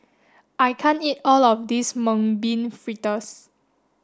I can't eat all of this mung bean fritters